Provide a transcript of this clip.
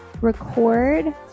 record